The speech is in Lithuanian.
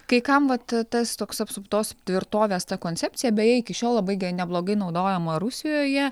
kai kam vat tas toks apsuptos tvirtovės ta koncepcija beje iki šiol labai neblogai naudojama rusijoje